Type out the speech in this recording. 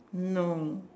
no